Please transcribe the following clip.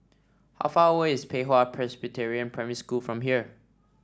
how far away is Pei Hwa Presbyterian Primary School from here